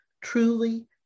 truly